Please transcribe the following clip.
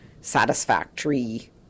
satisfactory